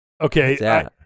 Okay